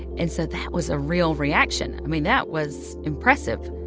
and so that was a real reaction. i mean, that was impressive.